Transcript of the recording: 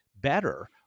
better